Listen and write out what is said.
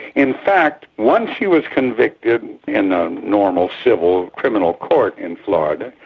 in fact, once he was convicted in the normal, civil, criminal court in florida,